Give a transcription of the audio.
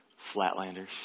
Flatlanders